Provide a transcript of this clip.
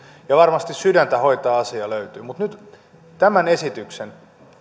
ja varmasti sydäntä hoitaa asia löytyy mutta tämän esityksen